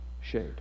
shade